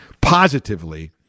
positively